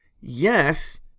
yes